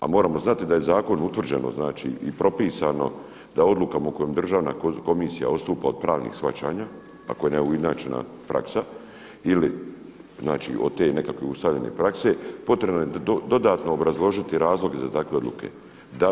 A moramo znati da je zakonom utvrđeno i propisano da odlukama u kojem državna komisija odstupa od pravnih shvaćanja, ako je neujednačena praksa ili od te nekakve ustaljen prakse, potrebno je dodatno obrazložiti razloge za takve odluke.